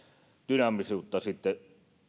dynaamisuutta verotukseen sitten